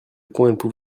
point